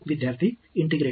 विद्यार्थीः इंटिग्रेट